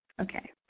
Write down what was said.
Okay